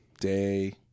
day